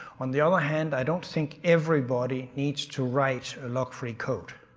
on the other hand, i don't think everybody needs to write a lock-free code.